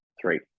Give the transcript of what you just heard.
Three